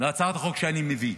להצעת החוק שאני מביא.